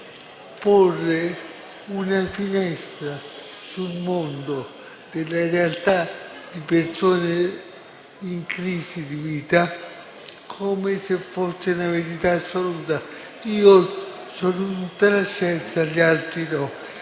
porre una finestra sul mondo della realtà di persone in crisi di vita come se fosse una verità assoluta: io sono tutta la scienza, gli altri no.